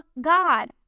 god